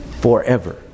forever